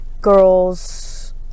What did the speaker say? girls